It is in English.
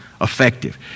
effective